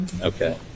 Okay